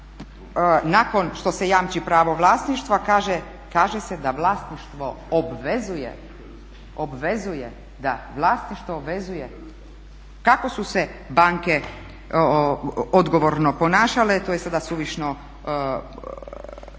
nakon što se jamči pravo vlasništva kaže se da vlasništvo obvezuje. Kako su se banke odgovorno ponašale, to je sada suvišno